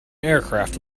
aircraft